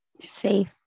Safe